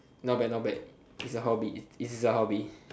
not bad not bad it's a hobby this is a hobby